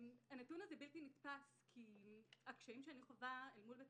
הנתון הזה בלתי נתפס כי הקשיים שאני חווה אל מול בית